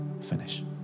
finish